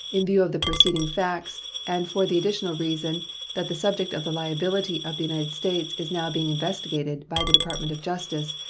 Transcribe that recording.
in view of the preceding facts, and for the additional reason that the subject of the liability of the united states is now being investigated by the department of justice,